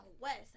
west